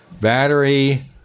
battery